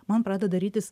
man pradeda darytis